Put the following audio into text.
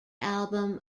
album